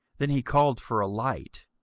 then he called for a light,